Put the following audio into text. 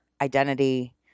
identity